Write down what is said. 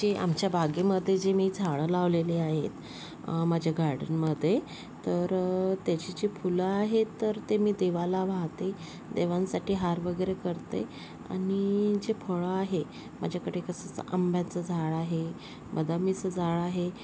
जे आमच्या बागेमधे जे मी झाडं लावलेली आहेत माझ्या गार्डनमध्ये तर त्याची जी फुलं आहेत तर ते मी देवाला वाहते देवांसाठी हार वगैरे करते आणि जे फळं आहे माझ्याकडे कसंच आंब्याचं झाड आहे बदामीचं झाड आहे